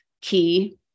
key